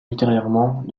ultérieurement